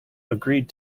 agreed